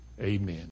amen